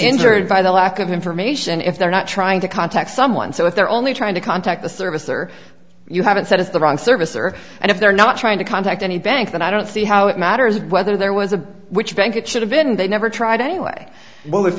injured by the lack of information if they're not trying to contact someone so if they're only trying to contact the service or you haven't said it's the wrong service or and if they're not trying to contact any bank then i don't see how it matters whether there was a which bank it should have been they never tried anyway well if